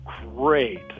great